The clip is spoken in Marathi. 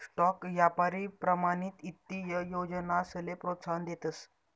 स्टॉक यापारी प्रमाणित ईत्तीय योजनासले प्रोत्साहन देतस